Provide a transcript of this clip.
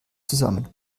zusammen